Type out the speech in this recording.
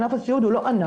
ענף הסיעוד הוא לא ענף,